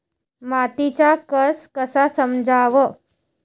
मातीचा कस कसा समजाव?